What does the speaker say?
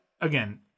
Again